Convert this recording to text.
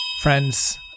friends